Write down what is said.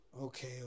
Okay